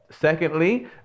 Secondly